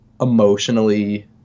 emotionally